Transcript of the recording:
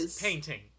painting